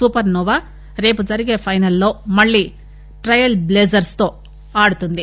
super Noah రేపు జరిగే final లో మళ్లి ట్రయల్ బ్లేజర్ప్ తో ఆడనుంది